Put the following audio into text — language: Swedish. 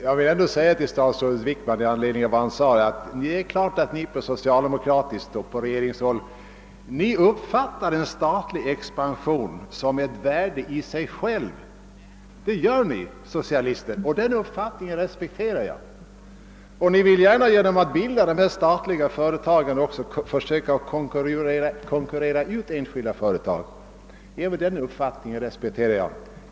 Jag vill ändå säga till statsrådet Wickman, att ni på socialdemokratiskt håll uppfattar en statlig expansion som ett värde i sig självt. Det gör ni socialister, och den uppfattningen respekterar jag. Ni vill gärna genom att bilda statliga företag också försöka konkurrera ut privata företag. Även den uppfattningen kan jag respektera.